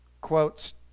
quotes